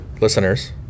listeners